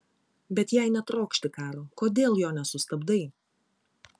bet jei netrokšti karo kodėl jo nesustabdai